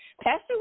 Pastor